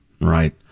right